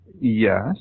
Yes